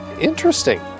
interesting